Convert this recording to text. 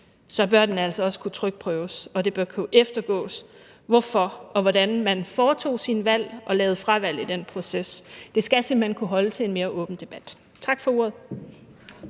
bør den altså også kunne trykprøves, og det bør kunne eftergås, hvorfor og hvordan man foretog sine valg og lavede fravalg i den proces. Det skal simpelt hen kunne holde til en mere åben debat. Tak for ordet.